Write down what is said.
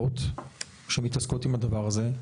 להנהלות שמתעסקות עם הדבר הזה.